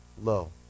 low